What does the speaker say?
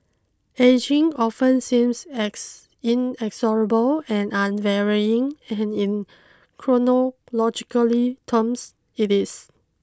ageing often seems ex inexorable and unvarying and in chronologically terms it is